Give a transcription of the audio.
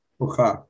Okay